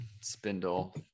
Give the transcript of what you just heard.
spindle